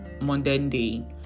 monday